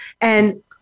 And-